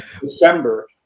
December